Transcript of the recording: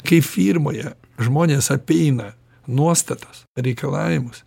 kai firmoje žmonės apeina nuostatas reikalavimus